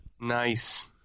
Nice